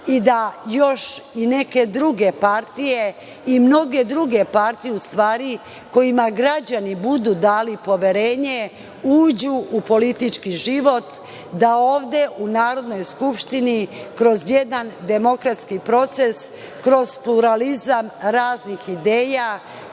i da još i neke druge partije i mnoge druge partije u stvari, kojima građani budu dali poverenje, uđu u politički život da ovde u Narodnoj skupštini, kroz jedan demokratski proces, kroz pluralizam raznih ideja,